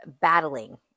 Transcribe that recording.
battling